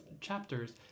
chapters